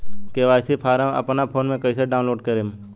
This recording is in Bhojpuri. के.वाइ.सी फारम अपना फोन मे कइसे डाऊनलोड करेम?